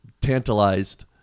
Tantalized